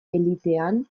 elitean